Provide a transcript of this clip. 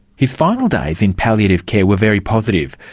his final days in palliative care were very positive,